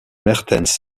mertens